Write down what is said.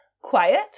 quiet